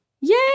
yay